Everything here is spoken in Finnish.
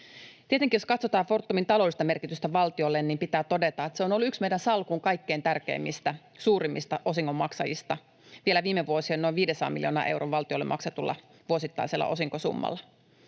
Tietenkin, jos katsotaan Fortumin taloudellista merkitystä valtiolle, niin pitää todeta, että se on ollut yksi meidän salkun kaikkein tärkeimmistä, suurimmista osingonmaksajista vielä viime vuosien noin 500 miljoonan euron valtiolle maksetulla vuosittaisella osinkosummalla.